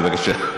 בבקשה.